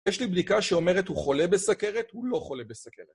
יש לי בדיקה שאומרת הוא חולה בסכרת, הוא לא חולה בסכרת.